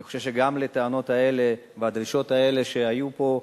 ואני חושב שגם לטענות האלה והדרישות האלה שהיו פה,